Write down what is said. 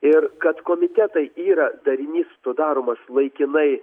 ir kad komitetai yra darinys sudaromas laikinai